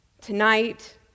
tonight